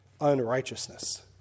unrighteousness